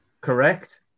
Correct